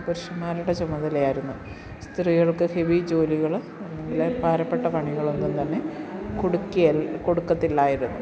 പുരുഷന്മാരുടെ ചുമതലയായിരുന്നു സ്ത്രീകൾക്ക് ഹെവി ജോലികൾ അതുപോലെ ഭാരപ്പെട്ട പണികളൊന്നും തന്നെ കൊടുക്കുകയില്ല കൊടുക്കത്തില്ലായിരുന്നു